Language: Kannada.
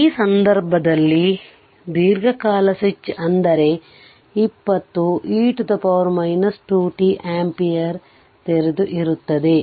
ಈ ಸಂದರ್ಭದಲ್ಲಿ ದೀರ್ಘಕಾಲ ಸ್ವಿಚ್ ಅಂದರೆ 20 e 2t ampere ತೆರೆದು ಇರುತ್ತದೆ